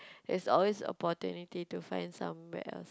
there's always opportunity to find somewhere else